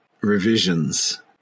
revisions